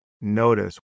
notice